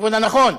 בכיוון הנכון,